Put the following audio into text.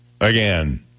again